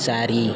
ଚାରି